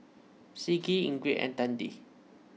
Siddie Ingrid and Tandy